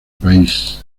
país